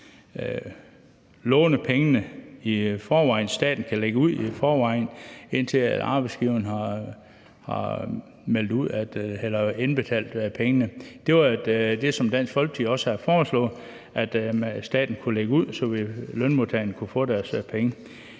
låne pengene på forhånd, altså at staten kan lægge ud på forhånd, indtil arbejdsgiveren har indbetalt pengene. Det var noget, som Dansk Folkeparti også havde foreslået, nemlig at staten kunne lægge ud, så lønmodtagerne kunne få deres penge;